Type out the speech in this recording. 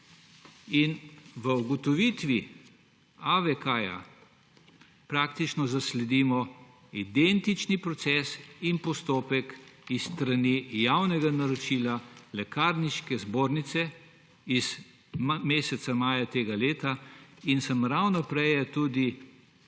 V ugotovitvi AVK praktično zasledimo identični proces in postopek s strani javnega naročila Lekarniške zbornice iz meseca maja tega leta. Ravno prej sem tudi